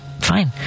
fine